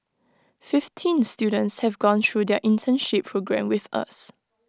fifteen students have gone through their internship programme with us